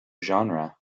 genre